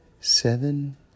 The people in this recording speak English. seven